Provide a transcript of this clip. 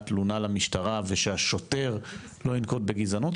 תלונה למשטרה ושהשוטר לא ינקוט בגזענות?